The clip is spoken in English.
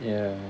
ya